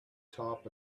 top